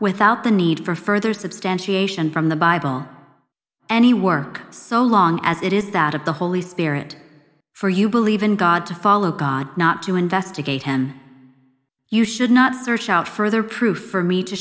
without the need for further substantiation from the bible any work so long as it is that of the holy spirit for you believe in god to follow god not to investigate when you should not search out further proof for me to